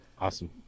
Awesome